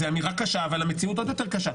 זו אמרה קשה אבל המציאות עוד יותר קשה.